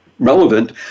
Relevant